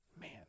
Man